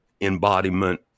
embodiment